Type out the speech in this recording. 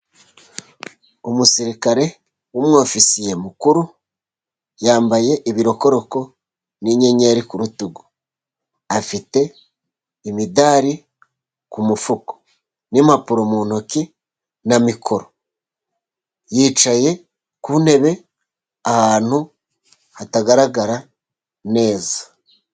Umusirikare w'umwofisiye mukuru yambaye ibirokoroko n'inyenyeri ku rutugu, afite imidari ku mufuka n'impapuro mu ntoki na mikoro yicaye ku ntebe ahantu hatagaragara neza.